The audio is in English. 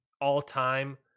all-time